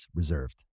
reserved